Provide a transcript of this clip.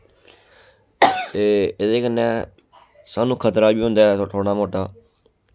ते एह्दे कन्नै स्हानू खतरा बी होंदा ऐ थोह्ड़ा मोटा